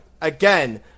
again